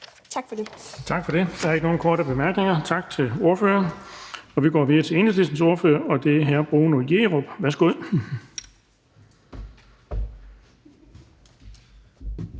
Tak for det.